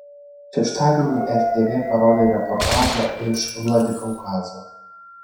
šeštadienį rtv parodė reportažą iš vladikaukazo